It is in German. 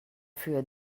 für